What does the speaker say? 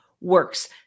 works